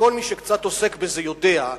וכל מי שקצת עוסק בזה יודע,